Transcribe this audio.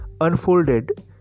unfolded